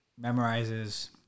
memorizes